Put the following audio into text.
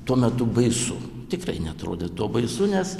tuo metu baisu tikrai neatrodė tuo baisu nes